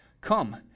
Come